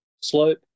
slope